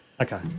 Okay